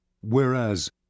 Whereas